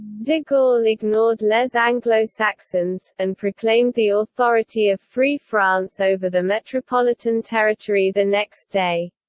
de gaulle ignored les anglo-saxons, and proclaimed the authority of free france over the metropolitan territory the next day.